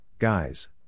guys